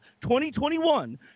2021